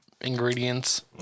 ingredients